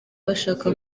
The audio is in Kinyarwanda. bashaka